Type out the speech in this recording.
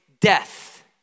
death